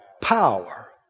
power